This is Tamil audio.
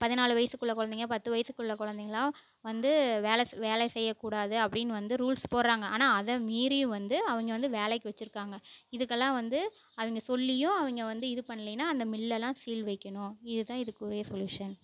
பதினாலு வயிசுக்குள்ளே குழந்தைங்க பத்து வயிசுக்குள்ளே குழந்தைங்கலாம் வந்து வேலை வேலை செய்யக்கூடாது அப்படின்னு வந்து ரூல்ஸ் போடுறாங்க ஆனால் அதை மீறியும் வந்து அவங்க வந்து வேலைக்கு வச்சுருக்காங்க இதுக்கெல்லாம் வந்து அவங்க சொல்லியும் அவங்க வந்து இது பண்லைன்னா அந்த மில்லெலாம் சீல் வைக்கணும் இதுதான் இதுக்கு ஒரே சொலியூஷன்